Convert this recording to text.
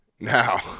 Now